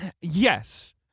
Yes